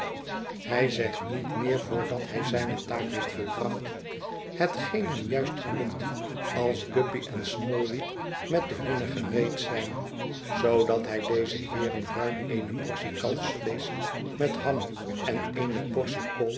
hij zegt niet meer voordat hij zijne taak heeft volbracht hetgeen hem juist gelukt als guppy en smallweed met de hunne gereed zijn zoodat hij deze heeren ruim eene portie kalfsvleesch met ham en eene portie